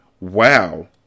Wow